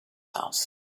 house